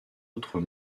autres